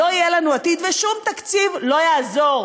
לא יהיה לנו עתיד, ושום תקציב לא יעזור.